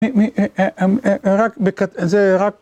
מי, מי, אה, אה, אה, רק בקט, זה רק...